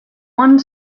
one